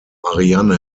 marianne